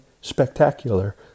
spectacular